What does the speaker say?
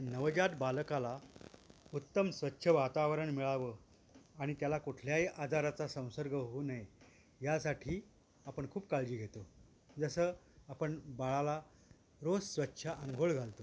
नवजत बालकाला उत्तम स्वच्छ वातावरण मिळावं आणि त्याला कुठल्याही आजाराचा संसर्ग होऊ नये यासाठी आपण खूप काळजी घेतो जसं आपण बाळाला रोज स्वच्छ आंघोळ घालतो